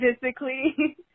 physically